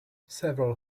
several